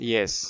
Yes